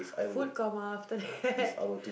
food coma after that